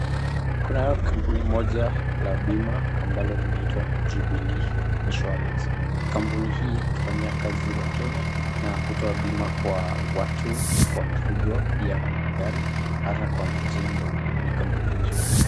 Kuna kampuni moja la bima ambalo linaitwa Jubilee Insurance . Kampuni hii hufanyia kazi Wakenya na kutoa bima kwa watu, kwa mifugo, pia kwa magari hata kwa mijengo. Ni kampuni mzuri.